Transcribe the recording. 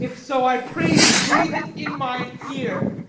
if so, i pray thee breathe it in mine ear,